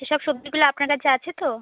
এসব সবজিগুলো আপনার কাছে আছে তো